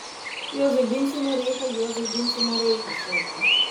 juozai ginsime reichą juozai ginsime reichą šaukia